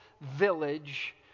village